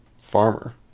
Farmer